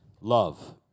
love